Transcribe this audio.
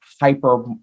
hyper